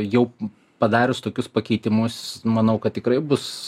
jau padarius tokius pakeitimus manau kad tikrai bus